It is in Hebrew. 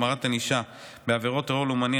החמרת ענישה בעבירות טרור לאומני),